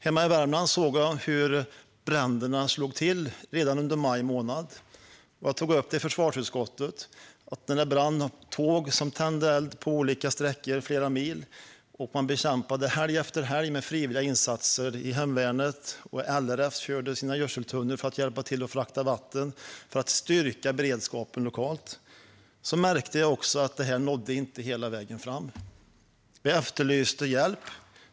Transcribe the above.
Hemma i Värmland såg jag hur bränderna slog till redan under maj månad. Jag tog upp det i försvarsutskottet. Det var tåg som tände eld på olika sträckor - flera mil. Man bekämpade detta helg efter helg med frivilliga insatser. Det var hemvärnet, och LRF körde sina gödseltunnor för att hjälpa till att frakta vatten och för att stärka beredskapen lokalt. Jag märkte att detta inte nådde hela vägen fram. Vi efterlyste hjälp.